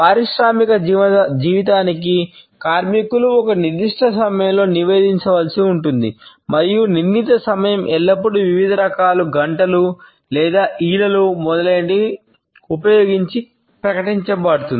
పారిశ్రామిక జీవితానికి కార్మికులు ఒక నిర్దిష్ట సమయంలో నివేదించవలసి ఉంటుంది మరియు నిర్ణీత సమయం ఎల్లప్పుడూ వివిధ రకాల గంటలు లేదా ఈలలు మొదలైనవి ఉపయోగించి ప్రకటించబడుతుంది